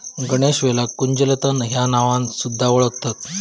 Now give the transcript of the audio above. गणेशवेलाक कुंजलता ह्या नावान सुध्दा वोळखतत